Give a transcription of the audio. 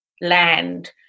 land